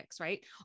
right